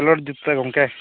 ᱠᱷᱮᱞᱳᱰ ᱡᱩᱛᱟᱹ ᱜᱚᱝᱠᱮ